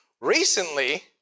recently